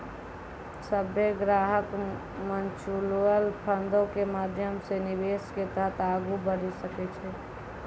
सभ्भे ग्राहक म्युचुअल फंडो के माध्यमो से निवेश के तरफ आगू बढ़ै सकै छै